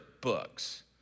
books